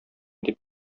дип